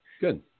good